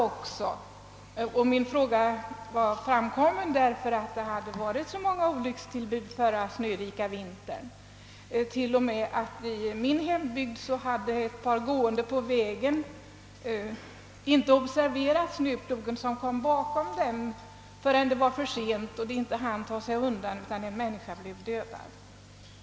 Jag ställde frågan emedan det hade varit många olyckstillbud under den snörika vintern. I min hembygd hade t.ex. ett par gående på vägen inte observerat snöplogen, som kom bakom dem, förrän det var för sent och en av dem blev dödad.